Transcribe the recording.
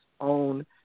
own